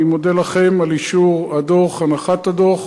אני מודה לכם על אישור הדוח, על הנחת הדוח,